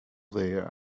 there